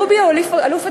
רובי הוא אלוף התקנון,